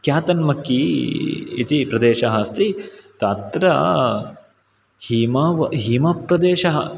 क्यातन्मक्कि इति प्रदेशः अस्ति तत्र हिमप्रदेशः